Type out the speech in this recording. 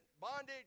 bondage